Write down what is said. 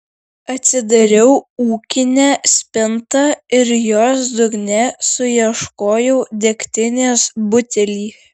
atsidariau ūkinę spintą ir jos dugne suieškojau degtinės butelį